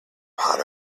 pot